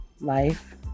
life